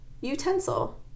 utensil